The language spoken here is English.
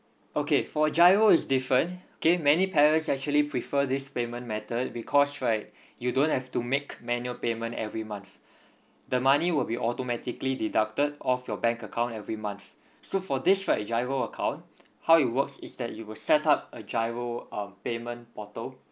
okay for GIRO is different okay many parents actually prefer this payment method because right you don't have to make manual payment every month the money will be automatically deducted of your bank account every month so for this right GIRO account how it works is that you will set up a GIRO um payment portal